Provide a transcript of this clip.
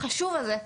החשוב הזה.